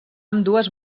ambdues